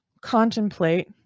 contemplate